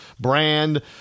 brand